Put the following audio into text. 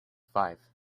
five